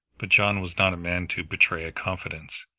but john was not a man to betray a confidence,